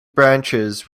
branches